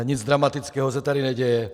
Nic dramatického se tady neděje.